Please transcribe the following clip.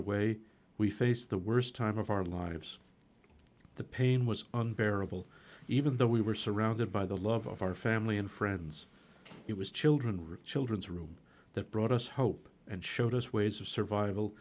away we faced the worst time of our lives the pain was unbearable even though we were surrounded by the love of our family and friends it was children rich children's room that brought us hope and showed us ways of survival